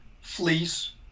fleece